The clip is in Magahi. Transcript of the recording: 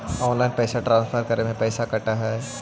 ऑनलाइन पैसा ट्रांसफर करे में पैसा कटा है?